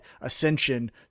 ascension